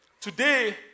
Today